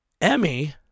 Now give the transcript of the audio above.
Emmy